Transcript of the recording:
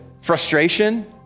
frustration